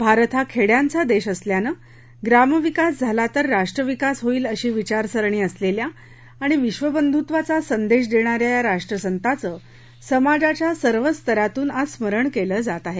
भारत हा खेड्यांचा देश असल्यानं ग्रामविकास झाला तर राष्ट्रविकास होईल अशी विचारसरणी असलेल्या आणि विश्वबंधुत्वाचा संदेश देणाऱ्या या राष्ट्रसंताचं समाजाच्या सर्वच स्तरातून आज स्मरण केलं जात आहे